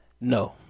No